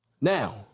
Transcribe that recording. Now